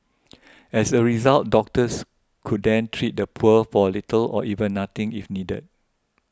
as a result doctors could then treat the poor for little or even nothing if needed